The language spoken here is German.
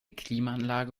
klimaanlage